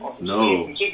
no